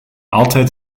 altijd